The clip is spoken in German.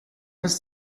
ist